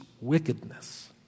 wickedness